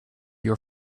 your